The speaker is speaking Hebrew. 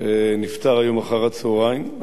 שנפטר היום אחר-הצהריים.